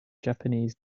japanese